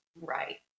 right